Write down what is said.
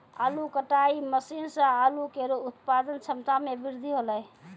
आलू कटाई मसीन सें आलू केरो उत्पादन क्षमता में बृद्धि हौलै